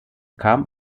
kam